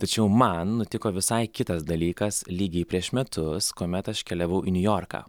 tačiau man nutiko visai kitas dalykas lygiai prieš metus kuomet aš keliavau į niujorką